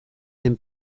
den